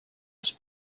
als